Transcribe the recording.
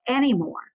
anymore